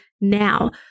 now